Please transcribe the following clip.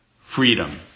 Freedom